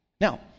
Now